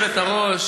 גברתי היושבת-ראש,